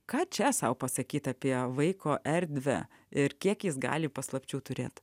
ką čia sau pasakyt apie vaiko erdvę ir kiek jis gali paslapčių turėt